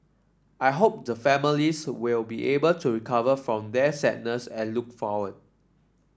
I hope the families will be able to recover from their sadness and look forward